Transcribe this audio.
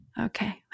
Okay